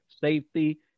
safety